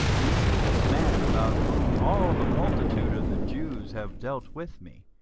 ye see this man, about whom all the multitude of the jews have dealt with me,